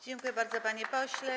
Dziękuję bardzo, panie pośle.